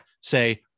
say